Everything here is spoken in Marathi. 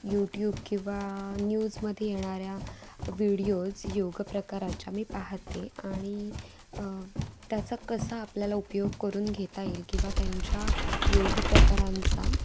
यूट्यूब किंवा न्यूजमध्ये येणाऱ्या व्हिडिओज योग प्रकाराच्या मी पाहते आणि त्याचा कसा आपल्याला उपयोग करून घेता येईल किंवा त्यांच्या योग प्रकारांचा